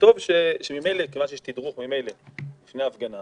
מכיוון שממילא יש תדרוך לשוטרים לפני ההפגנה